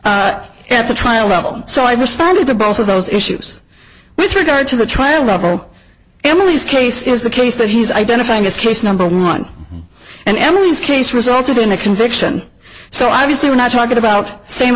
at the trial level so i've responded to both of those issues with regard to the trial level emily's case is the case that he's identifying this case number one and emily's case resulted in a conviction so obviously we're not talking about